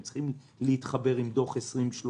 הם צריכים להתחבר עם דוח 2030,